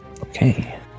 Okay